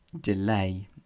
delay